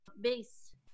base